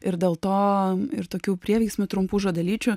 ir dėl to ir tokių prieveiksmių trumpų žodelyčių